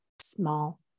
small